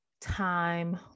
time